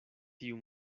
tiu